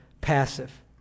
passive